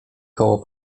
koło